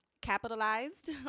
capitalized